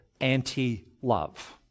anti-love